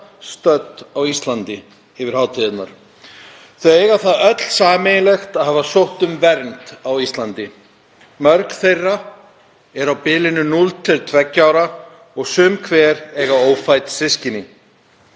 stödd á Íslandi yfir hátíðirnar. Þau eiga það öll sameiginlegt að hafa sótt um vernd á Íslandi. Mörg þeirra er á bilinu núll til tveggja ára og sum hver eiga ófædd systkini.